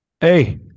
Hey